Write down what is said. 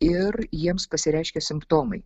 ir jiems pasireiškia simptomai